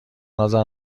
اذر